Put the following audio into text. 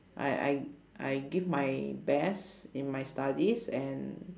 I I I give my best in my studies and